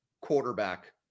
quarterback